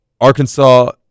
Arkansas